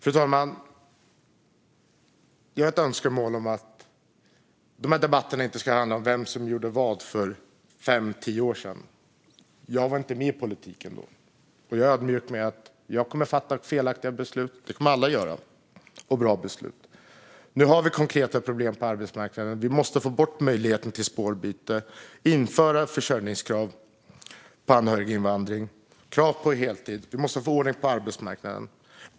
Jag har ett önskemål om att de här debatterna inte ska handla om vem som gjorde vad för fem tio år sedan. Jag var inte med i politiken då. Jag är också ödmjuk och medveten om att jag, liksom alla andra, kommer att fatta felaktiga beslut och bra beslut. Nu har vi konkreta problem på arbetsmarknaden. Vi måste få bort möjligheten till spårbyte, införa försörjningskrav när det gäller anhöriginvandring och krav på heltid. Vi måste få ordning på arbetsmarknaden.